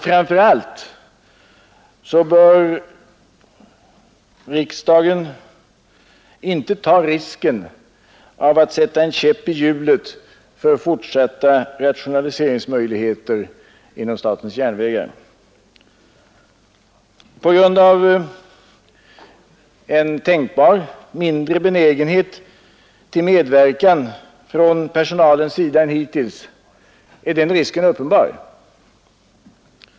Framför allt bör riksdagen inte ta risken att sätta en käpp i hjulet för fortsatta rationaliseringsmöjligheter inom statens järnvägar. På grund av en tänkbar mindre benägenhet till medverkan från personalens sida än hittills varit fallet är den risken uppenbar.